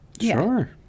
Sure